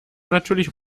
natürlich